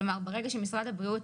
כלומר ברגע שמשרד הבריאות,